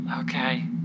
okay